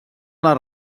les